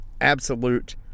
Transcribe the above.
absolute